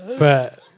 but